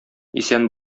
исән